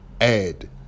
add